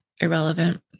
irrelevant